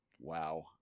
wow